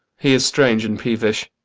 he's strange and peevish.